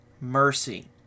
mercy